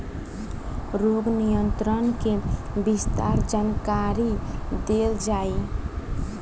रोग नियंत्रण के विस्तार जानकरी देल जाई?